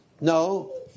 No